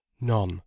none